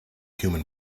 human